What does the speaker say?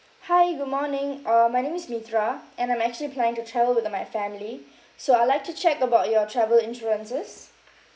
hi good morning uh my name is mithra and I'm actually planning to travel with my family so I'd like to check about your travel insurances